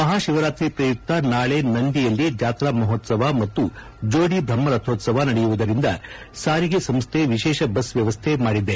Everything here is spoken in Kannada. ಮಹಾಶಿವರಾತ್ರಿ ಪ್ರಯುಕ್ತ ನಾಳೆ ನಂದಿಯಲ್ಲಿ ಜಾತ್ರಾಮಹೋತ್ಲವ ಮತ್ತು ಜೋಡಿ ಬ್ರಹ್ಮರಥೋತ್ಲವ ನಡೆಯುವುದರಿಂದ ಸಾರಿಗೆ ಸಂಸ್ಥೆ ವಿಶೇಷ ಬಸ್ ವ್ಯವಸ್ಥೆ ಮಾಡಿದೆ